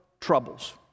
troubles